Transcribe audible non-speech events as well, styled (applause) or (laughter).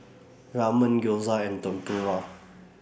Ramen Gyoza and Tempura (noise)